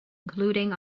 including